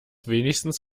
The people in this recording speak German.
wenigstens